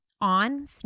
On